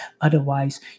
Otherwise